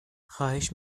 خواهش